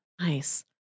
Nice